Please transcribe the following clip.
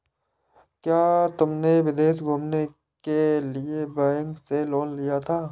क्या तुमने विदेश घूमने के लिए बैंक से लोन लिया था?